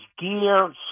gear